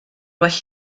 well